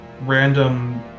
random